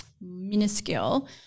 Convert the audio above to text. minuscule